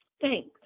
Thanks